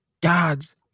God's